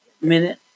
minute